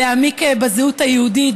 להעמיק בזהות היהודית,